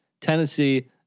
Tennessee